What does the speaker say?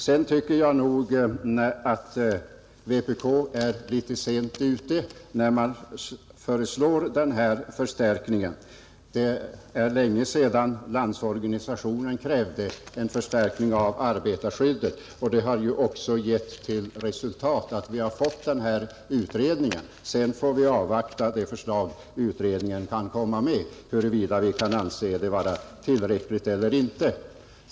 Sedan tycker jag nog att vpk är litet sent ute när man föreslår denna förstärkning. Det är länge sedan Landsorganisationen krävde en förstärkning av arbetarskyddet, och det har lett till det resultatet att vi fått denna utredning. Vi får nu avvakta utredningens förslag och sedan bedöma huruvida vi kan anse det vara tillräckligt eller inte.